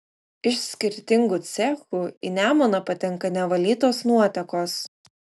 iš skirtingų cechų į nemuną patenka nevalytos nuotekos